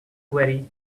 quarry